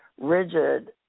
rigid –